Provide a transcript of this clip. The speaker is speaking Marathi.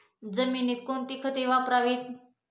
जमिनीत कोणती खते वापरावीत?